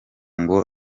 ngo